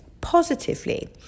positively